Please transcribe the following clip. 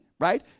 right